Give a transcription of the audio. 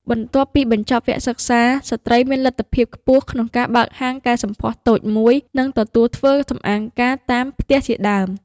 បន្ទាប់ពីបញ្ចប់វគ្គសិក្សា ស្ត្រីមានលទ្ធភាពខ្ពស់ក្នុងការបើកហាងកែសម្ផស្សតូចមួយ និងទទួលធ្វើសម្អាងការតាមផ្ទះជាដើម។